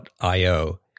Io